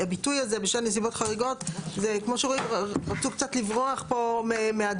הביטוי הזה "בשל נסיבות חריגות" זה כמו שרצו קצת לברוח פה מהדברים.